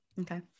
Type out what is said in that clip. Okay